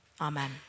Amen